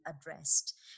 addressed